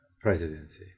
presidency